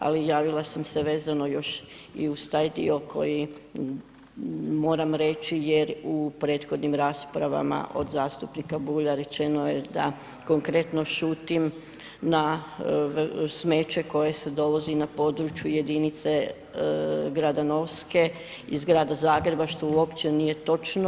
Ali javila sam se vezano još i uz taj dio koji moram reći jer u prethodnim raspravama od zastupnika Bulja rečeno je da konkretno šutim na smeće koje se dovozi na području jedinice grada Novske iz grada Zagreba što uopće nije točno.